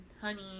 honey